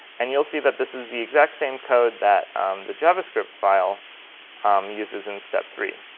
and you'll see that this is the exact same code that the javascript file um uses in step three,